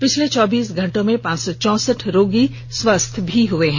पिछले चौबीस घंटे में पांच सौ चौसठ रोगी स्वस्थ्य हए हैं